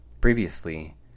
Previously